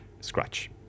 scratch